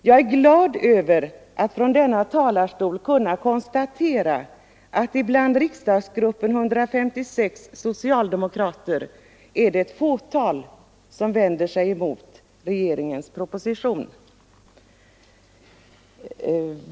Jag är då glad över att från denna talarstol kunna konstatera att det bland den socialdemokratiska riksdagsgruppens 156 ledamöter bara är ett fåtal som vänder sig mot regeringens proposition.